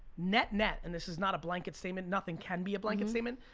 net net, and this is not a blanket statement, nothing can be a blanket statement,